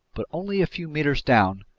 but only a few meters down,